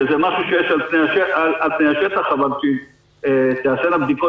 שזה משהו שיש על פני השטח אבל שכשתעשנה בדיקות